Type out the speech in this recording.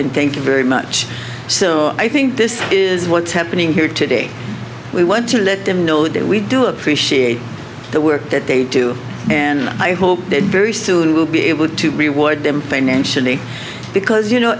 thank you very much so i think this is what's happening here today we want to let them know that we do appreciate the work that they do and i hope that very soon we'll be able to reward them financially because you know